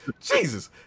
Jesus